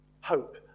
hope